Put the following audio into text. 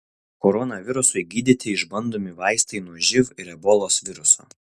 koronavirusui gydyti išbandomi vaistai nuo živ ir ebolos viruso